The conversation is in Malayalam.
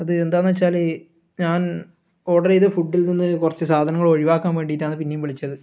അത് എന്താണെന്ന് വെച്ചാൽ ഞാൻ ഓർഡർ ചെയ്ത ഫുഡിൽ നിന്ന് കുറച്ച് സാധനങ്ങൾ ഒഴിവാക്കാൻ വേണ്ടിട്ടാണ് പിന്നെയും വിളിച്ചത്